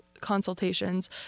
consultations